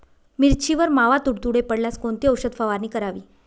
मिरचीवर मावा, तुडतुडे पडल्यास कोणती औषध फवारणी करावी?